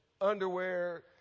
underwear